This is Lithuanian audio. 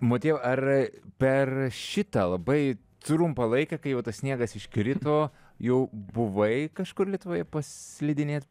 motiejau ar per šitą labai trumpą laiką kai va tas sniegas iškrito jau buvai kažkur lietuvoje paslidinėt